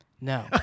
No